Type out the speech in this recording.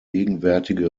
gegenwärtige